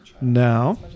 Now